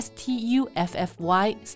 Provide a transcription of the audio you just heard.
S-T-U-F-F-Y